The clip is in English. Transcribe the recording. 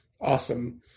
Awesome